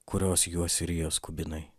kurios juos rijo skubinai